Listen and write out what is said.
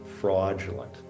fraudulent